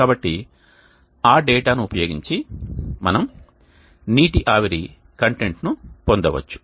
కాబట్టి ఆ డేటాను ఉపయోగించి మనము నీటి ఆవిరి కంటెంట్ను పొందవచ్చు